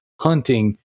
hunting